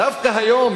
דווקא היום,